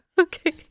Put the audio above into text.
Okay